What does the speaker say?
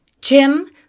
Jim